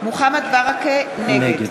נגד